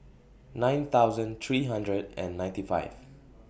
nine thousand three hundred and ninety five